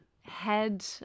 head